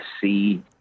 see